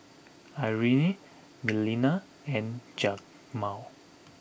Irine Melina and Jamar